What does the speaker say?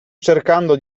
cercando